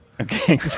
okay